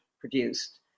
produced